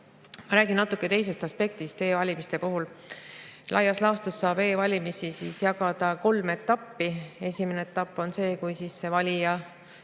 Ma räägin natuke teisest aspektist e‑valimiste puhul. Laias laastus saab e‑valimised jagada kolme etappi. Esimene etapp on see, kui valija